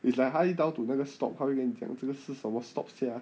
it's like 他一 down to 那个 stop 他会给你讲这个是什么 stop sia